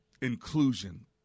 inclusion